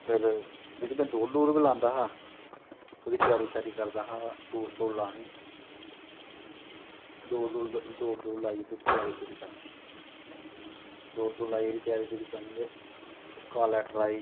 फिर बिच्च में दौड़ दूड़ बी लांदा हा थोह्ड़ी तैयारी करदा हा दौड़ शौड़ लानी दौड़ दूड़ लाईयै थोह्ड़ी तैयारी तयूरी करनीं ते फिर कॉल लैट्टर आई